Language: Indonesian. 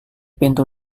pintu